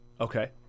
okay